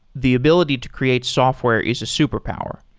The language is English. the ability to create software is a superpower,